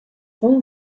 full